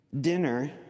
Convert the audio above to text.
dinner